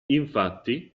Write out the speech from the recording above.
infatti